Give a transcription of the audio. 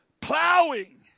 plowing